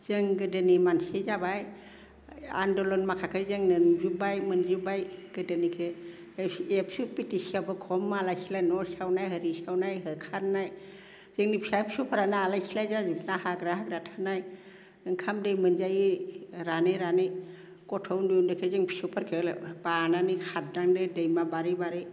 जों गोदोनि मानसि जाबाय आन्दलन माखाखो जोंनो नुजोबबाय मोनजुबबाय गोदोनिखो एबसु पिटिसियाबो खम आलाय सिलाय न' सावनाय एरि सावनाय होखारनाय जोंनि फिसा फिसौफ्रानो आलाय सिलाय जाजोबना हाग्रा बंग्रा थानाय ओंखाम दै मोनजायि रानै रानै गथ' उन्दै उन्दैखो जों फिसौफोरखो बानानै खारनांदों दैमा बारै बारै